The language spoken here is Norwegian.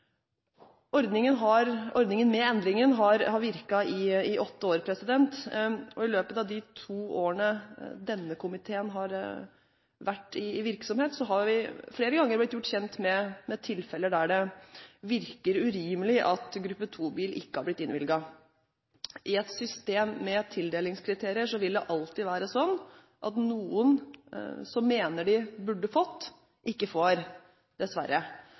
Ordningen med endringen har virket i åtte år, og i løpet av de to årene denne komiteen har vært i virksomhet, har vi flere ganger blitt gjort kjent med tilfeller der det virker urimelig at gruppe 2-bil ikke har blitt innvilget. I et system med tildelingskriterier vil det alltid være sånn at noen som mener de burde fått, ikke får – dessverre.